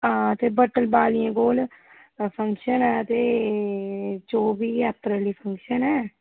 हां ते बट्टल बालियें कोल फंक्शन ऐ ते चौह्बी अप्रैल ई फंक्शन ऐ